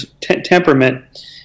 temperament